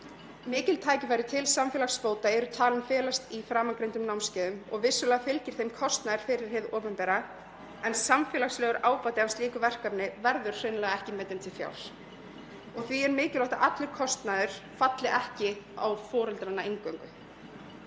Mikil tækifæri til samfélagsbóta eru talin felast í framangreindum námskeiðum. Vissulega fylgir þeim kostnaður fyrir hið opinbera en samfélagslegur ábati af slíku verkefni verður hreinlega ekki metinn til fjár. Því er mikilvægt að allur kostnaður falli ekki á foreldrana eingöngu.